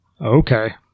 okay